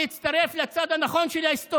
שיצמיד.) חשוב להצטרף לצד הנכון של ההיסטוריה.